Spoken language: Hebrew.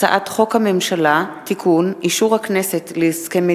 הצעת חוק למתן פטור ממס על דלק לאדם אשר משתלם לו מאוצר